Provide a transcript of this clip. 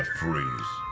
freeze